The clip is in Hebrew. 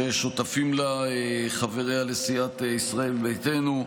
ששותפים לה חבריה לסיעת ישראל ביתנו,